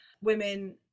women